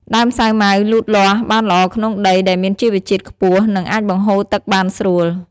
ដើមសាវម៉ាវលូតលាស់បានល្អក្នុងដីដែលមានជីវជាតិខ្ពស់ និងអាចបង្ហូរទឹកបានស្រួល។